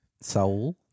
Saul